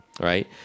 Right